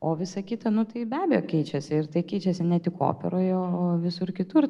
o visa kita nu tai be abejo keičiasi ir tai keičiasi ne tik operoje o o visur kitur